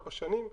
ארבע שנים,